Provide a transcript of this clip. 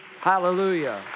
Hallelujah